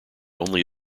only